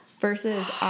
Versus